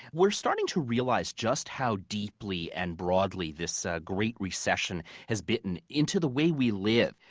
we're starting to realize just how deeply and broadly this great recession has bitten into the way we live.